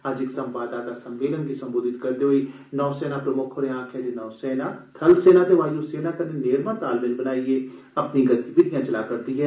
अज्ज इक संवाददाता सम्मेलन गी संबोधत करदे होई नौसेना प्रमुक्ख होरें आक्खेआ जे नौसेना बलसेना ते वायुसेना कन्नै नेड़मा तालमेल बनाइयै अपनी गतिविधियां चला करदी ऐ